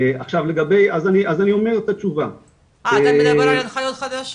אתה מדבר על ההנחיות החדשות?